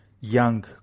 young